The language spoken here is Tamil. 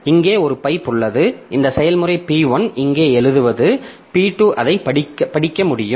இங்கே ஒரு பைப் உள்ளது இந்த செயல்முறை P1 இங்கே எழுதுவது P2 அதைப் படிக்க முடியும்